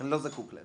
אני לא זקוק להם.